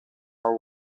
are